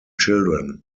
children